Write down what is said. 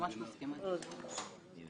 ממש מסכימה איתך.